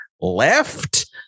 left